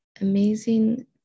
amazing